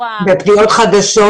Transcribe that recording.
בפניות חדשות,